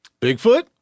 Bigfoot